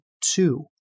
two